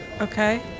Okay